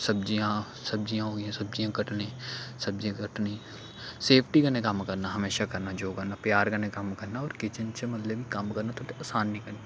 सब्जियां सब्जियां हो गेइयां सब्जियां कट्टने सब्जियां कट्टनी सेफ्टी कन्नै कम्म करना हमेशा करना जो करना प्यार कन्नै कम्म करना होर किचन च मतलब कम्म करना थोहड़ा असानी कन्नै